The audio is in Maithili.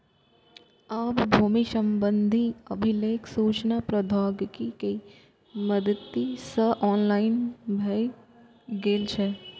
आब भूमि संबंधी अभिलेख सूचना प्रौद्योगिकी के मदति सं ऑनलाइन भए गेल छै